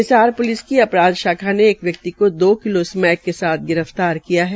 Hisar police की अपराध शाखा ने एक व्यक्ति को दो किलो स्मैक के साथ गिर फ्तार किया है